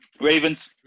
Ravens